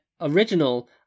original